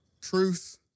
truth